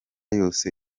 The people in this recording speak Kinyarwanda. yose